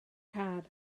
car